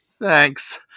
Thanks